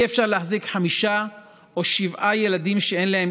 אי-אפשר להחזיק חמישה או שבעה ילדים שאין להם